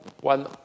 one